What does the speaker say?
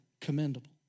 commendable